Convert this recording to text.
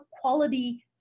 quality